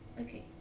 Okay